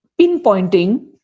pinpointing